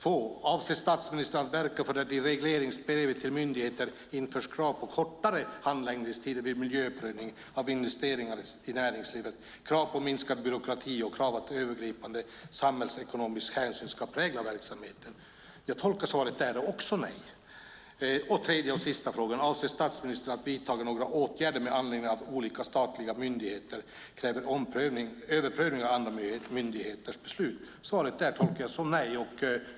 Fråga 2: "Avser statsministern att verka för att det i regleringsbreven till myndigheter införs krav på kortare handläggningstider vid miljöprövning av investeringar i näringslivet, krav på minskad byråkrati och krav att övergripande samhällsekonomisk hänsyn ska prägla verksamheten?" Även här tolkar jag svaret som ett nej. Fråga 3: "Avser statsministern att vidta några åtgärder med anledning av att olika statliga myndigheter kräver överprövning av andra myndigheters beslut?" Också i detta fall tolkar jag svaret som ett nej.